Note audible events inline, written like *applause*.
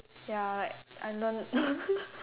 ya like I learn *laughs*